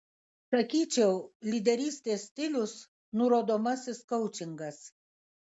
sakyčiau lyderystės stilius nurodomasis koučingas